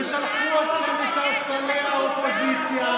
ושלחו אתכם לספסלי האופוזיציה,